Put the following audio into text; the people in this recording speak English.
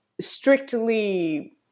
strictly